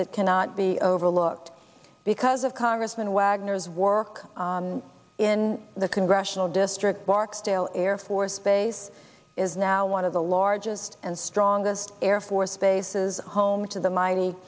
that cannot be overlooked because of congressman wagner's work in the congressional district barksdale air force base is now one of the largest and strongest air force bases home to the mighty